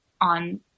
on